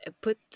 put